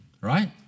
Right